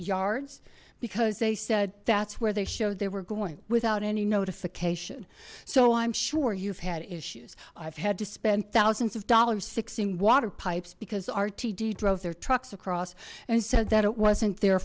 yards because they said that's where they showed they were going without any notification so i'm sure you've had issues i've had to spend thousands of dollars fixing water pipes because rtd drove their trucks across and said that it wasn't their